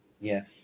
Yes